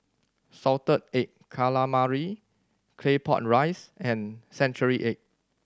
Salted Egg Calamari Claypot Rice and century egg